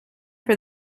for